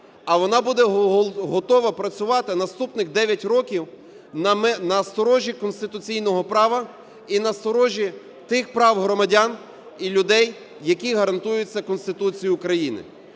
а вона буде готова працювати наступних 9 років на сторожі конституційного права і на сторожі тих прав громадян і людей, які гарантуються Конституцією України.